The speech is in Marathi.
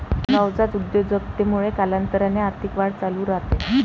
नवजात उद्योजकतेमध्ये, कालांतराने आर्थिक वाढ चालू राहते